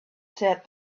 said